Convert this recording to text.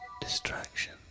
distraction